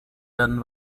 werden